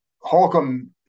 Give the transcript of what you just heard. Holcomb